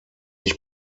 ich